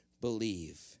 believe